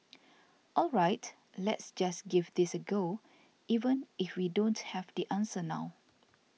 all right let's just give this a go even if we don't have the answer now